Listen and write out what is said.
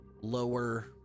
lower